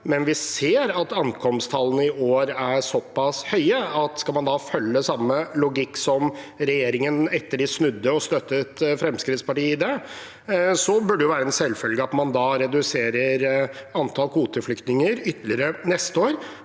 men vi ser at ankomsttallene for i år er såpass høye at om man skal følge samme logikk som regjeringen etter at de snudde og støttet Fremskrittspartiet i det, burde det være en selvfølge at man da reduserer antall kvoteflyktninger ytterligere neste år,